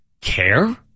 care